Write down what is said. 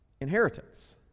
inheritance